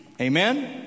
Amen